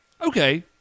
Okay